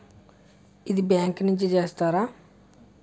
ఇదే బ్యాంక్ నుంచి చేస్తారా?